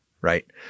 right